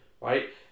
right